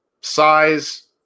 size